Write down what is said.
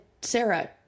Sarah